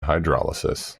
hydrolysis